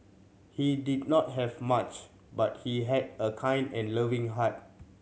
he did not have much but he had a kind and loving heart